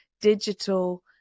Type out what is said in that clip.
digital